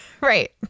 Right